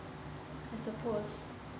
is your post